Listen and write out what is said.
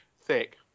Thick